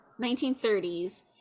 1930s